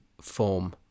form